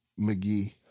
McGee